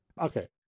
Okay